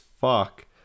fuck